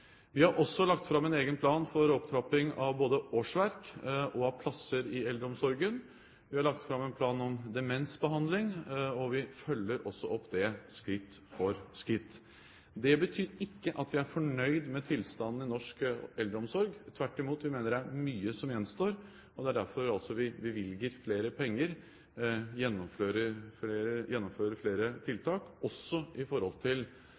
Vi har også lagt fram en egen plan for opptrapping av både årsverk og plasser i eldreomsorgen. Vi har lagt fram en plan om demensbehandling, og vi følger også opp det skritt for skritt. Det betyr ikke at vi er fornøyd med tilstanden i norsk eldreomsorg, tvert imot. Vi mener det er mye som gjenstår, og det er derfor vi bevilger mer penger og gjennomfører flere tiltak også for å sørge for at flere